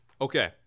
Okay